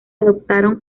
adoptaron